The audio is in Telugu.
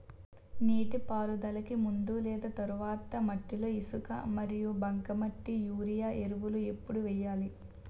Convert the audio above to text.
నీటిపారుదలకి ముందు లేదా తర్వాత మట్టిలో ఇసుక మరియు బంకమట్టి యూరియా ఎరువులు ఎప్పుడు వేయాలి?